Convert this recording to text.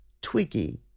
Twiggy